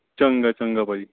ਚੰਗਾ ਚੰਗਾ ਭਾਅ ਜੀ